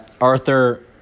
Arthur